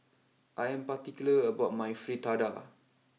I am particular about my Fritada